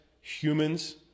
humans